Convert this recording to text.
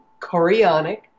chorionic